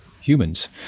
humans